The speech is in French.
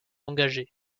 engagés